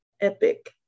epic